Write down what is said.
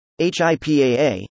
HIPAA